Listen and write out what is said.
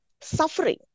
suffering